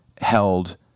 held